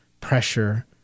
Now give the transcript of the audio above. pressure